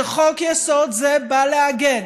שחוק-יסוד זה בא לעגן